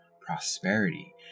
prosperity